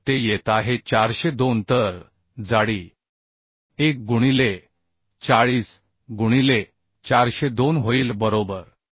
तर ते येत आहे 402 तर जाडी 1 गुणिले 40 गुणिले 402 होईल बरोबर